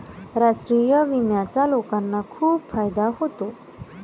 राष्ट्रीय विम्याचा लोकांना खूप फायदा होतो